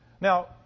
Now